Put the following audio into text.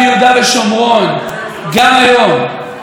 הוא ביקש ממני להשתדל לא לנסוע בחלק מהצירים.